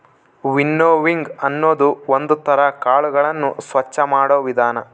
winnowing ಅನ್ನೋದು ಒಂದ್ ತರ ಕಾಳುಗಳನ್ನು ಸ್ವಚ್ಚ ಮಾಡೋ ವಿಧಾನ